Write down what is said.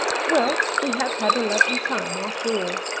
well, we have had a lovely time after all,